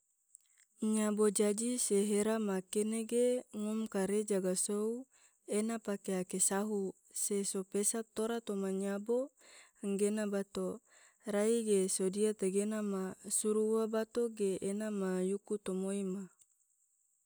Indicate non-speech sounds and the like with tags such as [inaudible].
[noise] nyabo jaji se hera ma kene ge ngom kare jaga sou ena pake ake sahu se so pesa tora toma nyabo enggena bato, rai ge sodia tegena ma, suru ua bato ge ena maa yuku tomoi ma. [noise]